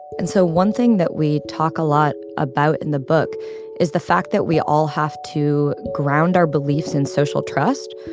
and so one thing that we talk a lot about in the book is the fact that we all have to ground our beliefs in social trust.